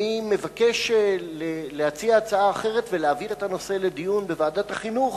אני מבקש להציע הצעה אחרת ולהעביר את הנושא לדיון בוועדת החינוך,